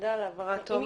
תודה על ההבהרה, תומר.